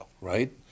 right